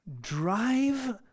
drive